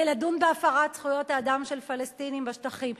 לדון בהפרת זכויות האדם של פלסטינים בשטחים.